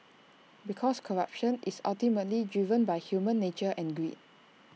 because corruption is ultimately driven by human nature and greed